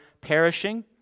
perishing